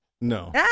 No